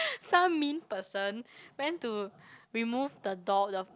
some mean person went to remove the door the